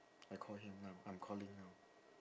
I call him now I'm calling now